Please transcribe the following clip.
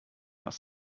was